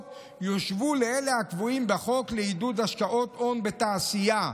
יושוו לאלה הקבועים בחוק לעידוד השקעות הון בתעשייה,